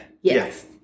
yes